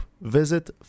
Visit